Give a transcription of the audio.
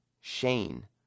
Shane